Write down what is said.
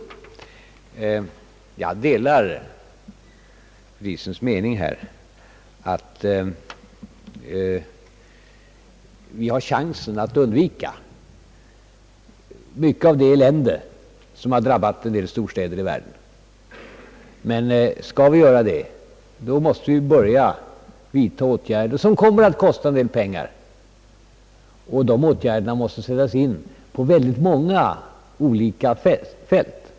Jag delar fru Diesens mening att vi har chans att undvika mycket av det elände som har drabbat en del storstäder i världen. Sådana åtgärder kommer att kosta mycket pengar och måste sättas in på många olika fält.